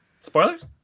spoilers